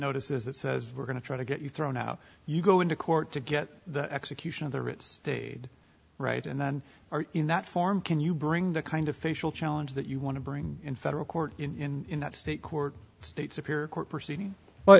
notice is that says we're going to try to get you thrown out you go into court to get the execution of the ritz stayed right and then are in that form can you bring the kind of facial challenge that you want to bring in federal court in that state court states appear court proceeding but